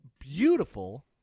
beautiful